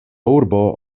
urbo